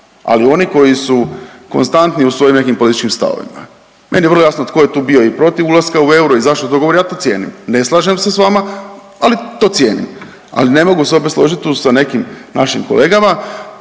ali oni koji su konstantni u svojim nekim političkim stavovima. Meni je vrlo jasno tko je tu bio i protiv ulaska u euro i zašto to govori, ja to cijenim, ne slažem se s vama, ali to cijenim, ali ne mogu se opet složit tu sa nekim našim kolegama